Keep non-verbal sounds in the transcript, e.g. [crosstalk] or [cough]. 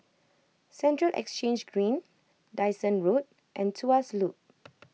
Central Exchange Green Dyson Road and Tuas Loop [noise]